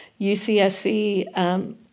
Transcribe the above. UCSC